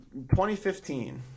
2015